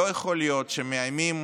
לא יכול להיות שמאיימים